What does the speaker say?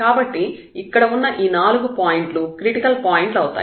కాబట్టి ఇక్కడ ఉన్న ఈ నాలుగు పాయింట్లు క్రిటికల్ పాయింట్లు అవుతాయి